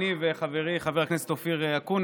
אני וחברי חבר הכנסת אקוניס,